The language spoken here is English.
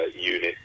unit